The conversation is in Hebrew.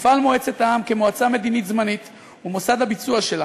תפעל מועצת העם כמועצה מדינית זמנית ומוסד הביצוע שלה,